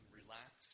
relax